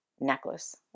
necklace